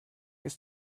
ist